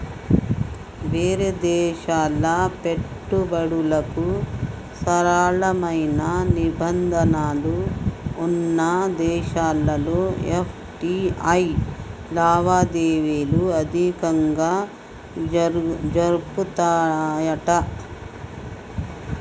వేరే దేశాల పెట్టుబడులకు సరళమైన నిబంధనలు వున్న దేశాల్లో ఎఫ్.టి.ఐ లావాదేవీలు అధికంగా జరుపుతాయట